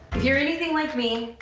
if you are anything like me,